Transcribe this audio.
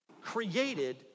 created